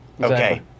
Okay